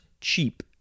cheap